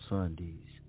Sundays